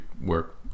work